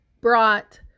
brought